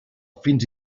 fins